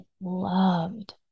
loved